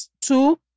Two